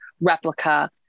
replica